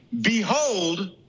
behold